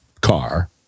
car